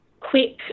quick